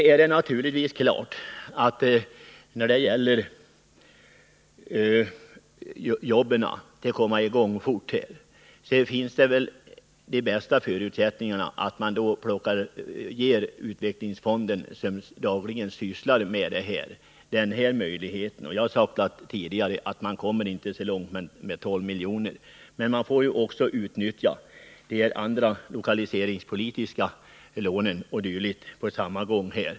När det gäller att komma i gång fort, så är väl det bästa att man ger utvecklingsfonden, som dagligen sysslar med det här, ytterligare möjligheter. Jag har sagt tidigare att man inte kommer så långt med 12 miljoner. Men man får ju också utnyttja lokaliseringslån o. d.